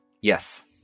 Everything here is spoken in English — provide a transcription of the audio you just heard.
Yes